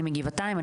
אני מגבעתיים,